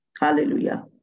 Hallelujah